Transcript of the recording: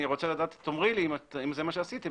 תאמרי לי אם זה מה שעשיתם,